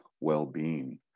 well-being